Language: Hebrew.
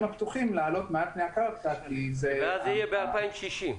הפתוחים לעלות מעל פני הקרקע -- ואז זה יהיה ב-2060.